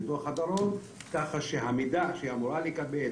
ככה שהמידע שהיא אמורה לקבל,